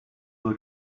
will